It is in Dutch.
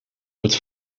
wordt